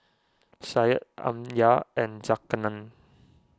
Syed Amsyar and Zulkarnain